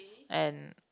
and